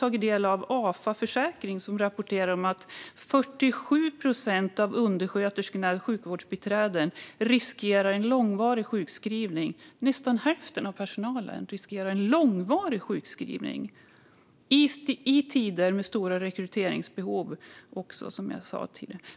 Afa Försäkring rapporterar att 47 procent av undersköterskorna och sjukvårdsbiträdena riskerar att bli långvarigt sjukskrivna. Det är nästan hälften av denna personal - och detta i tider av stora rekryteringsbehov.